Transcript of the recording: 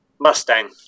Mustang